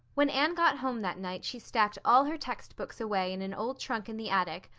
when anne got home that night she stacked all her textbooks away in an old trunk in the attic,